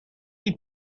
rit